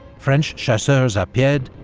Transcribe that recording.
french chasseurs a pied,